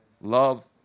Love